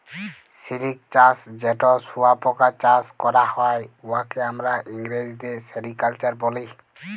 সিলিক চাষ যেট শুঁয়াপকা চাষ ক্যরা হ্যয়, উয়াকে আমরা ইংরেজিতে সেরিকালচার ব্যলি